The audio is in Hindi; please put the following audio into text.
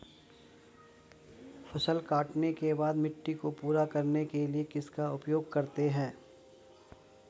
फसल काटने के बाद मिट्टी को पूरा करने के लिए किसका उपयोग करते हैं?